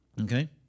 Okay